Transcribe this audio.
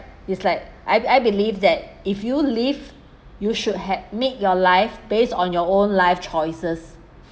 it's like I I believe that if you live you should make your life based on your own life choices